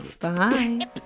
Bye